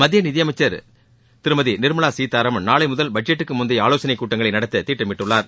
மத்திய நிதியமைச்சர் திருமதி நிர்மலா சீதாராமன் நாளை முதல் பட்ஜெட்டுக்கு முந்தைய ஆலோசனை கூட்டங்களை நடத்த திட்டமிட்டுள்ளார்